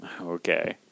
Okay